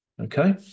Okay